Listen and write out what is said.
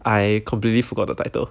I completely forgot the title